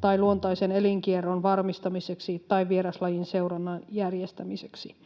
tai luontaisen elinkierron varmistamiseksi tai vieraslajin seurannan järjestämiseksi.